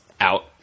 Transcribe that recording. out